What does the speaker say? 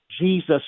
Jesus